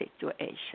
situation